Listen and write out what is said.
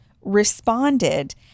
responded